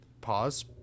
Pause